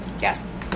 Yes